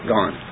Gone